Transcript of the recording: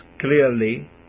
clearly